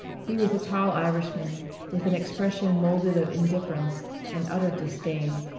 he was a tall irishman with an expression moulded of indifference and utter disdain.